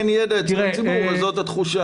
אין ידע אצל הציבור וזאת התחושה.